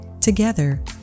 Together